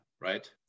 right